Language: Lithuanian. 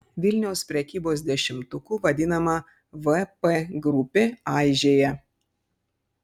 vilniaus prekybos dešimtuku vadinama vp grupė aižėja